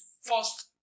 first